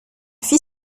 fit